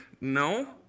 No